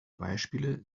beispiele